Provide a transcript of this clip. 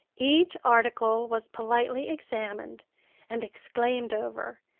each article was politely examined and exclaimed over,